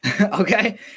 Okay